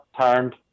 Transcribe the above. turned